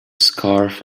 scarf